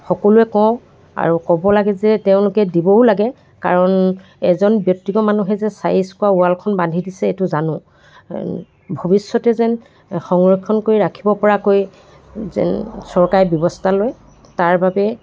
সকলোৱে কওঁ আৰু ক'ব লাগ যে তেওঁলোকে দিবও লাগে কাৰণ এজন ব্যক্তিগ মানুহে যে চাৰি স্কুৱাৰ ৱালখন বান্ধি দিছে এইটো জানো ভৱিষ্যতে যেন সংৰক্ষণ কৰি ৰাখিব পৰাকৈ যেন চৰকাৰে ব্যৱস্থা লয় তাৰ বাবে